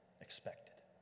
expected